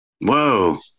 Whoa